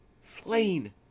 slain